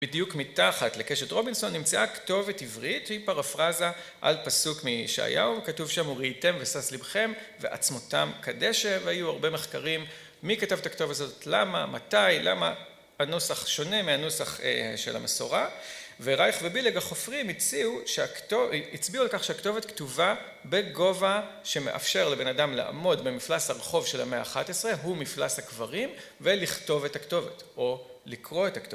בדיוק מתחת לקשת רובינסון נמצאה כתובת עברית, שהיא פרפרזה על פסוק מישעיהו, כתוב שם וראיתם ושש לבכם ועצמותם כדשא והיו הרבה מחקרים, מי כתב את הכתובה הזאת? למה? מתי? למה הנוסח שונה מהנוסח של המסורה. ורייך ובילג החופרים הציעו... הצביעו על כך שהכתובת כתובה בגובה שמאפשר לבן אדם לעמוד במפלס הרחוב של המאה ה-11, הוא מפלס הכברים, ולכתוב את הכתובת או לקרוא את הכתובת.